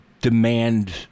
demand